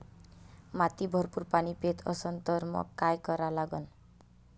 माती भरपूर पाणी पेत असन तर मंग काय करा लागन?